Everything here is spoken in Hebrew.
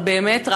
אבל באמת,